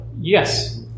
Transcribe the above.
Yes